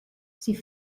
sie